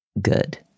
good